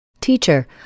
Teacher